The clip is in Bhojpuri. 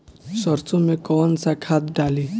सरसो में कवन सा खाद डाली?